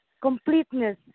completeness